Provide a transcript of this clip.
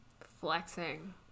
flexing